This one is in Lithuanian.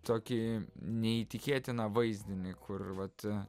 tokį neįtikėtiną vaizdinį kur vat